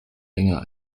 länger